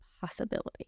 possibility